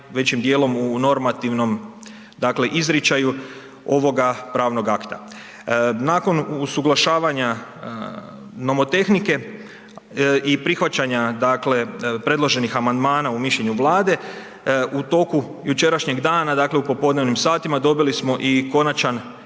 najvećim dijelom u normativnom, dakle izričaju ovoga pravnog akta. Nakon usuglašavanja nomotehnike i prihvaćanja, dakle predloženih amandmana u mišljenju Vlade, u toku jučerašnjeg dana, dakle u popodnevnim satima dobili smo i konačan